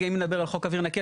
אם נדבר על חוק אוויר נקי,